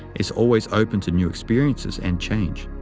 is always open to new experiences and change.